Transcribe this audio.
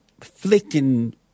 flicking